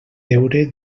deure